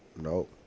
Nope